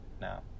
now